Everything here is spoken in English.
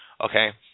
okay